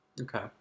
Okay